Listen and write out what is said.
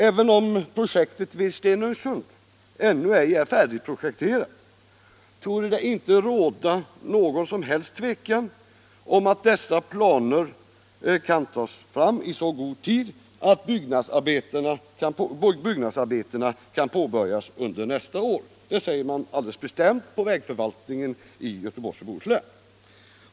Även om projektet vid Stenungsund ännu ej är färdigprojekterat, torde det inte råda något som helst tvivel om att dessa planer kan framtagas i så god tid att byggnadsarbetena kan påbörjas under nästa år. Det säger man alldeles bestämt på vägförvaltningen i Göteborgs och Bohus län.